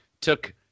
took